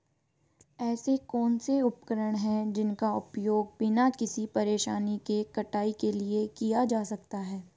ऐसे कौनसे उपकरण हैं जिनका उपयोग बिना किसी परेशानी के कटाई के लिए किया जा सकता है?